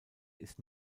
ist